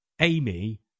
Amy